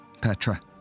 Petra